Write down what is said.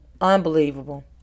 Unbelievable